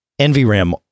NVRAM